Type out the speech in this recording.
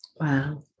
Wow